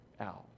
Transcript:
out